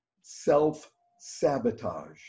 self-sabotage